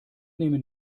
nehmen